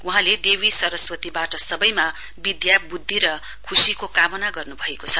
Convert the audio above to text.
वहाँले देवी सरस्वतीबाट सबैमा विद्याबुद्धी र खुशीको कामना गर्नुभएको छ